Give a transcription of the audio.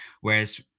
whereas